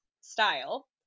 style